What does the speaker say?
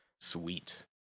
Sweet